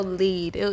lead